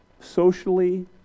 Socially